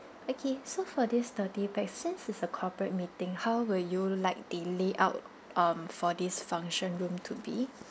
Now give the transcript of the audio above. okay so for this thirty pax since it's a corporate meeting how will you like the layout um for this function room to be